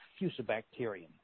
Fusobacterium